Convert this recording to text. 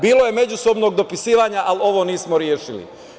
Bilo je međusobnog dopisivanja, ali ovo nismo rešili.